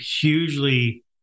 hugely